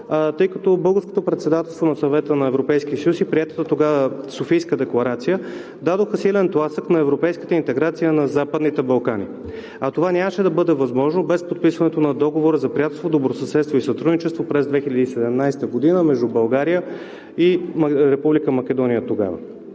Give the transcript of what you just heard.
тъй като Българското председателство на Съвета на Европейския съюз и приетата тогава Софийска декларация дадоха силен тласък на европейската интеграция на Западните Балкани. А това нямаше да бъде възможно без подписването на Договора за приятелство, добросъседство и сътрудничество през 2017 г. между България и Република Македония тогава.